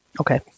Okay